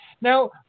Now